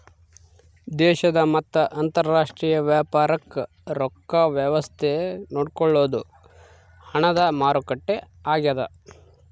ದೇಶದ ಮತ್ತ ಅಂತರಾಷ್ಟ್ರೀಯ ವ್ಯಾಪಾರಕ್ ರೊಕ್ಕ ವ್ಯವಸ್ತೆ ನೋಡ್ಕೊಳೊದು ಹಣದ ಮಾರುಕಟ್ಟೆ ಆಗ್ಯಾದ